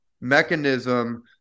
mechanism